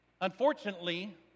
Unfortunately